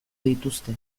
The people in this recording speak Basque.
dituzte